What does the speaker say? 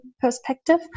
perspective